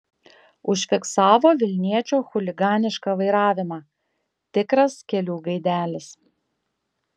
užfiksavo vilniečio chuliganišką vairavimą tikras kelių gaidelis